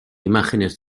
imágenes